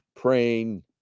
praying